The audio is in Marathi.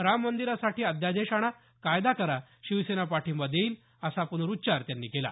राम मंदिरासाठी अध्यादेश आणा कायदा करा शिवसेना पाठिंबा देईल असा पुनरुच्चार त्यांनी केला